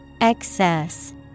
Excess